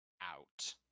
out